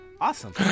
Awesome